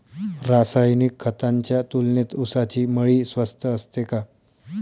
रासायनिक खतांच्या तुलनेत ऊसाची मळी स्वस्त असते का?